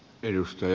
kiitos